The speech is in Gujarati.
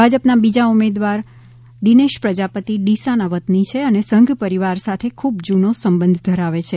ભાજપના બીજા ઉમેદવાર દિનેશ પ્રજાપતિ ડીસાના વતની છે અને સંઘ પરિવાર સાથે ખૂબ જૂનો સંબંધ ધરાવે છે